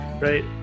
right